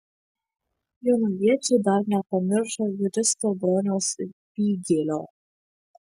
jonaviečiai dar nepamiršo juristo broniaus vygėlio